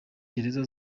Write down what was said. gereza